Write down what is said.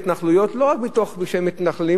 בהתנחלויות לא רק מתוך זה שהם מתנחלים,